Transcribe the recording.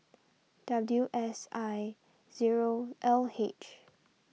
W S I zero L H